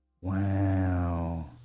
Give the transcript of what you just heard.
Wow